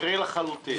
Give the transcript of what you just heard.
טבעי לחלוטין.